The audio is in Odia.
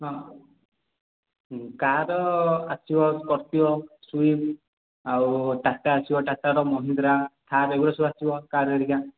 ହଁ କାର୍ ଆସିବ ସ୍କ୍ରପିଓ ସୁଇଫ୍ ଆଉ ଟାଟା ଆସିବ ଟାଟାର ମହିନ୍ଦ୍ରା ଥାର୍ ଏଗୁରା ସବୁ ଆସିବ କାର୍ ହେରିକା